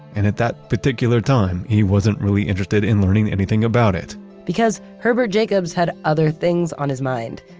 and at that particular time he wasn't really interested in learning anything about it because herbert jacobs had other things on his mind.